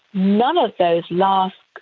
none of those last